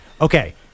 Okay